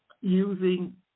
using